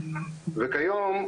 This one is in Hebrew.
כיום,